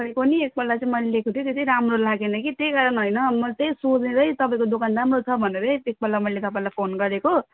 खै कुन्नि एकपल्ट चाहिँ मैले लिएको थिएँ त्यो चाहिँ राम्रो लागेन कि त्यही कारण होइन म चाहिँ सोधेरै तपाईँको दोकान राम्रो छ भनेरै एकपल्ट मैले तपाईँलाई फोन गरेको